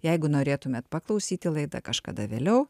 jeigu norėtumėt paklausyti laidą kažkada vėliau